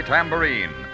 Tambourine